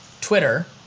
Twitter